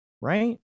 right